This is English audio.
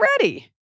ready